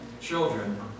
Children